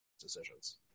decisions